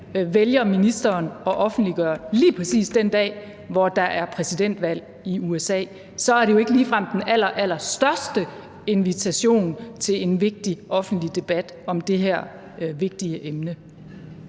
offentliggøre en så vigtig sag lige præcis den dag, hvor der er præsidentvalg i USA. Så er det jo ikke ligefrem den allerallerstørste invitation til en vigtig offentlig debat om det her vigtige emne.